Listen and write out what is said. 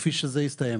מכפי שזה הסתיים.